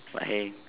but heng